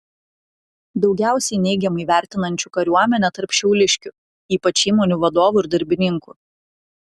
daugiausiai neigiamai vertinančių kariuomenę tarp šiauliškių ypač įmonių vadovų ir darbininkų